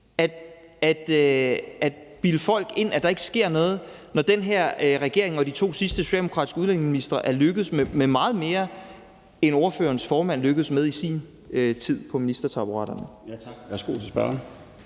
at bilde folk ind, at der ikke sker noget, når den her regering og de to sidste socialdemokratiske udlændingeministre er lykkedes med meget mere, end ordførerens formand lykkedes med i sin tid på ministertaburetten.